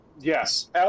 Yes